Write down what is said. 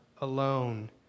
alone